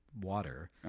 water